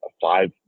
five